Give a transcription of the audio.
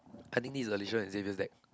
I think this is Alicia's and Xavier's deck